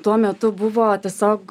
tuo metu buvo tiesiog